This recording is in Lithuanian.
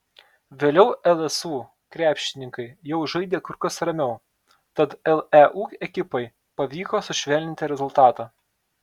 vėliau lsu krepšininkai jau žaidė kur kas ramiau tad leu ekipai pavyko sušvelninti rezultatą